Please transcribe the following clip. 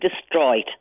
destroyed